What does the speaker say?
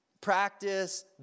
Practice